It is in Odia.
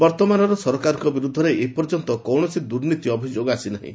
ବର୍ତ୍ତମାନର ସରକାରଙ୍କ ବିରୁଦ୍ଧରେ ଏପର୍ଯ୍ୟନ୍ତ କୌଣସି ଦୁର୍ନୀତି ଅଭିଯୋଗ ଆସିନାହିଁ